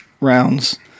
rounds